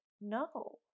no